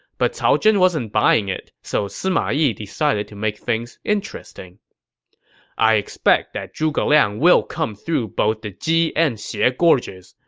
but cao zhen wasn't buying it, so sima yi decided to make it interesting i expect that zhuge liang will come through both the ji and xie ah gorges.